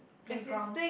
playground